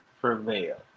prevail